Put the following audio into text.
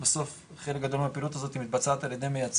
יש בו חקלאות ויש בו לפעמים פעילות לא חקלאית או סוג של פעילות